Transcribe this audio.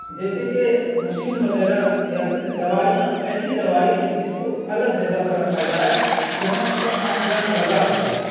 جیسے کہ مشین وغیرہ یا پھر دوائیاں ایسی دوائی جس کو الگ جگہ پر رکھا جائے جہاں ان کا آنا جانا لگا رہتا ہے